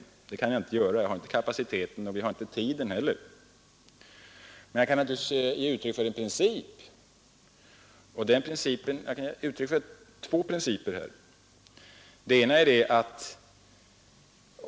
Det kan jag inte göra — jag har inte kapacitet för det och vi har inte tid till det heller. Men jag kan ge uttryck för några principer.